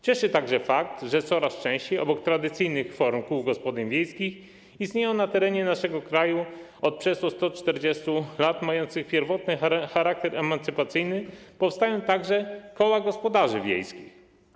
Cieszy także fakt, że coraz częściej obok tradycyjnych form kół gospodyń wiejskich - istniejących na terenie naszego kraju od przeszło 140 lat, mających pierwotnie charakter emancypacyjny - powstają także koła gospodarzy wiejskich.